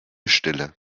stille